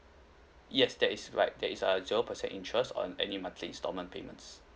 yes that is right that is a zero percent interest on any monthly installment payments